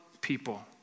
people